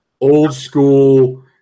old-school